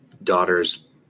daughters